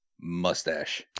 mustache